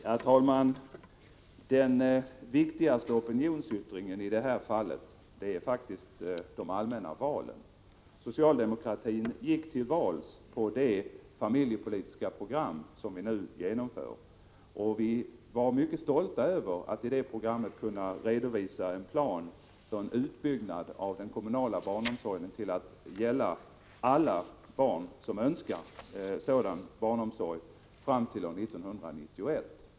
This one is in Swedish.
Herr talman! Den viktigaste opinionsyttringen i det här fallet är faktiskt de allmänna valen. Socialdemokratin gick till val på det familjepolitiska program som vi nu genomför, och vi var mycket stolta över att i det programmet kunna redovisa en plan för utbyggnaden av den kommunala barnomsorgen fram till år 1991 till att gälla alla barn som önskar sådan barnomsorg.